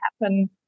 happen